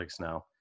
now